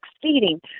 succeeding